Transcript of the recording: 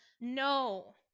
No